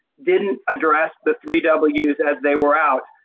didn't address the three w's as they were out,